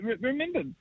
Remember